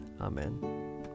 Amen